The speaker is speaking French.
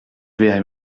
verrez